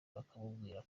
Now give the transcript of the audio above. bakamubwira